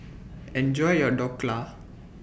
Enjoy your Dhokla